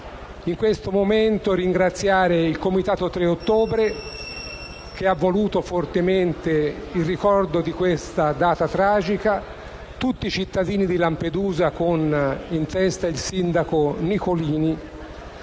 In questo momento mi preme ringraziare il Comitato 3 ottobre, che ha voluto fortemente il ricordo di questa data tragica e tutti i cittadini di Lampedusa, con in testa il sindaco Nicolini,